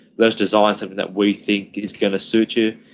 let us design something that we think is going to suit you.